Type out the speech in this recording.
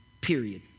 Period